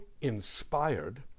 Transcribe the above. inspired